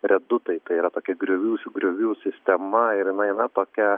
redutai tai yra tokia griovių s griovių sistema ir jinai na tokia